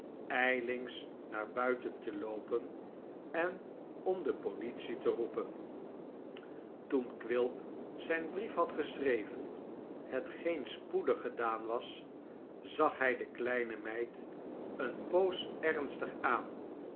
ijlings naar buiten te loopen en om de politie te roepen toen quilp zjjn brief had geschreven hetgeen spoedig gedaan was zag hy de kleine meid eene poos ernstig aan